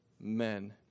men